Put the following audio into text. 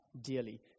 dearly